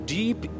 deep